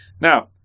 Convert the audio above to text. Now